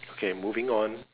okay moving on